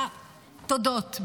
אה, תודות.